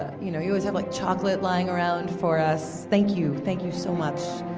ah you know you always have like chocolate lying around for us. thank you. thank you so much.